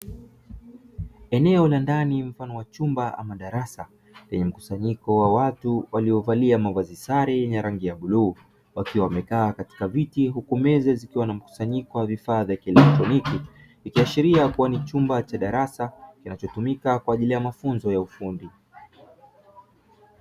Eneo la ndani mfano wa chumba ama darasa lenye mkusanyiko wa watu waliovalia mavazi sare yenye rangi ya bluu, wakiwa wamekaa katika viti huku meza zikiwa na mkusanyiko wa vifaa vya kielektroniki, ikiashiria kuwa ni chumba cha darasa kinachotumika kwa ajili ya mafunzo ya ufundi.